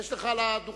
יש לך מים על הדוכן.